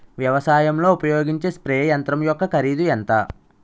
వ్యవసాయం లో ఉపయోగించే స్ప్రే యంత్రం యెక్క కరిదు ఎంత?